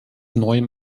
neuem